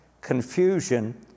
confusion